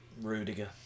Rudiger